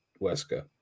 Wesker